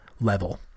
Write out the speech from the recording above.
level